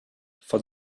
for